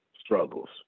struggles